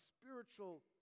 spiritual